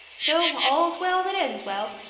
so all's well that ends well